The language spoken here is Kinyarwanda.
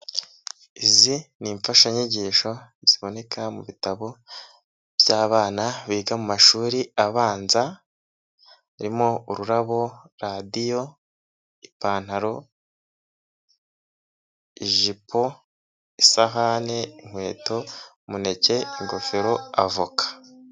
Izi ni imfashanyigisho ziboneka mu bitabo by'abana biga mu mashuri abanza, harimo ururabo radiyo, ipantaro, ijipo isahani inkweto, umuneke ingofero avoka.